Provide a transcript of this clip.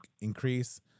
increase